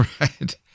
Right